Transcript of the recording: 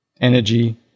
Energy